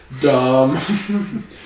dumb